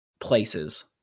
places